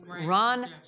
Run